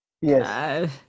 yes